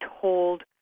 told